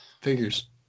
Figures